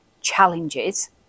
challenges